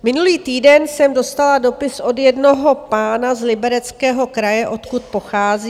Minulý týden jsem dostala dopis od jednoho pána z Libereckého kraje, odkud pocházím.